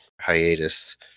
hiatus